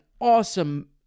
awesome